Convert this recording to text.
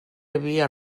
havia